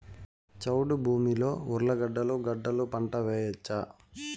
చౌడు భూమిలో ఉర్లగడ్డలు గడ్డలు పంట వేయచ్చా?